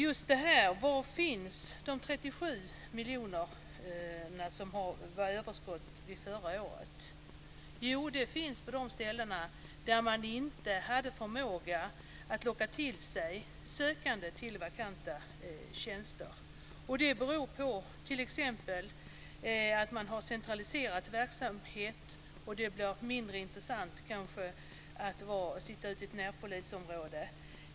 Var finns de 37 miljoner kronorna som var överskottet från förra året? Jo, de finns på de ställen där man inte hade förmåga att locka till sig sökande till vakanta tjänster. Det beror på t.ex. att man har centraliserat verksamheten och att det därför kanske blir mindre intressant att sitta ute i ett närpolisområde.